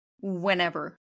whenever